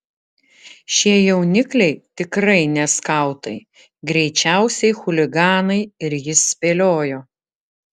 šie jaunikliai tikrai ne skautai greičiausiai chuliganai ir jis spėliojo